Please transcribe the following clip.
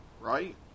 right